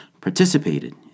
participated